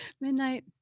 Midnight